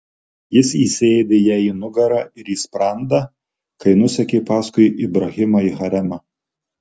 jis įsiėdė jai į nugarą ir į sprandą kai nusekė paskui ibrahimą į haremą